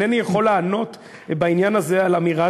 אינני יכול לענות בעניין הזה על אמירה